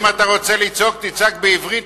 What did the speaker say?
אם אתה רוצה לצעוק, תצעק בעברית.